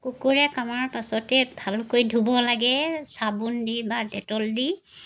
কুকুৰে কামোৰাৰ পাছতে ভালকৈ ধুব লাগে চাবোন দি বা ডেটল দি